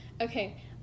Okay